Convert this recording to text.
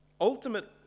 ultimate